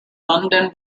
london